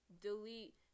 delete